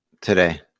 today